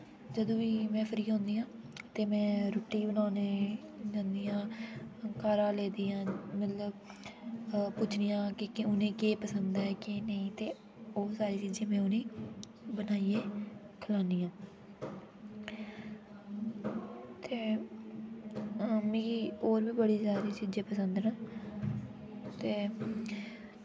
जादूं में फ्री होन्नी आं ते में रुट्टी बनाने जन्नी आं घरे आह्ले गी मतलब पुच्छनी आं उनें'गी केह् पसन्द ऐ केह् नेईं ओह् सारी चिजां में उनें'गी बनाइए खलानी आं ते मिगी और वी बड़ी सारी चीजां पसंद न ते